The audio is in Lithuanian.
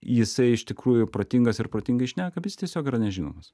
jisai iš tikrųjų protingas ir protingai šneka bet jis tiesiog yra nežinomas